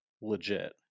legit